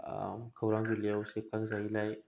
खौरां बिलाइआव सेबखां जायैलाय